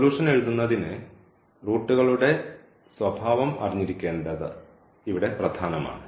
solution എഴുതുന്നതിന് റൂട്ടുകളുടെ സ്വഭാവം അറിഞ്ഞിരിക്കേണ്ടത് ഇവിടെ പ്രധാനമാണ്